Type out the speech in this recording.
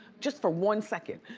just for one second,